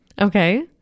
Okay